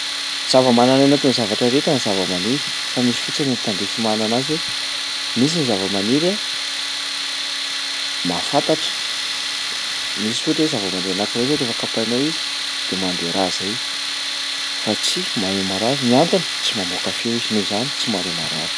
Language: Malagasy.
Zava-mananaina toy ny zavatra rehetra ny zava maniry fa misy fotsiny ny tandrify manana azy hoe misy ny zava-maniry a mahafantatra, misy ohatra hoe zava-maniry anankiray zao rehefa kapainao izy de mandeha rà izay fa tsy maheno maharary, ny antony tsy mamoaka feo izy noho izany tsy mahare marary.